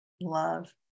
love